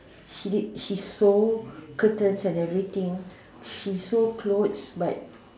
she she so courteous and everything she sold clothes but